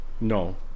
No